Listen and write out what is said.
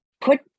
Put